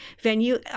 venue